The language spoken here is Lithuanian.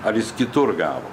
ar jis kitur gavo